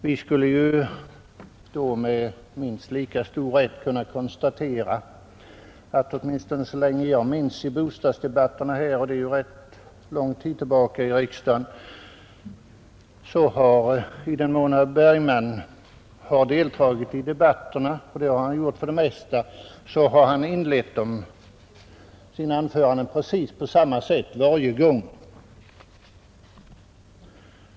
Jag skulle ju då med minst lika stor rätt kunna konstatera att åtminstone så långt tillbaka jag kan minnas när det gäller bostadsdebatterna i riksdagen — och det är rätt lång tid — har herr Bergman för det mesta deltagit i dessa debatter och varje gång inlett sina anföranden på precis samma sätt.